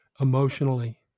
emotionally